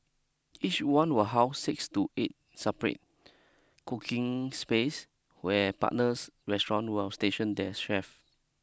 each one will house six to eight separate cooking space where partners restaurant will station their chef